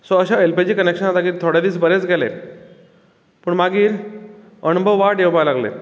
so अशे L P G कनेक्शना खातीर थोडे दीस बरे गेले पूण मागीर अणभव वायट येवपाक लागले